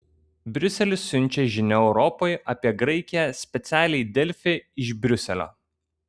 briuselis siunčia žinią europai apie graikiją specialiai delfi iš briuselio